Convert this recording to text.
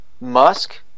Musk